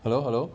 hello hello